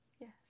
Yes